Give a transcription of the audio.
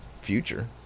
future